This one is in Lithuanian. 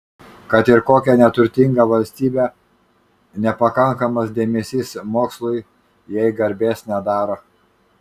kad ir kokia neturtinga valstybė nepakankamas dėmesys mokslui jai garbės nedaro